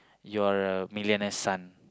you are a millionaire son